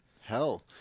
Hell